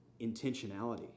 intentionality